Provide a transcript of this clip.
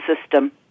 system